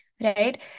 right